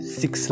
six